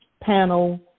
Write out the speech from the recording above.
panel